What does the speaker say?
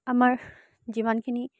আমাৰ যিমানখিনি